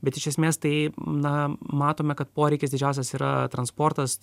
bet iš esmės tai na matome kad poreikis didžiausias yra transportas